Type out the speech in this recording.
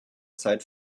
zeit